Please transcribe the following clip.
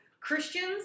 Christians